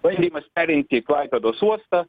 bandymas perimti klaipėdos uostą